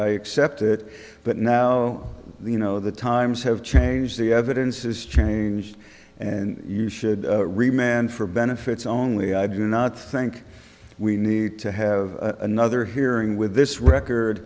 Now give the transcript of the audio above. it but now you know the times have changed the evidence is changed and you should remain for benefits only i do not think we need to have another hearing with this record